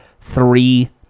three